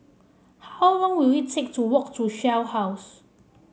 how long will it take to walk to Shell House